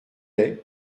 est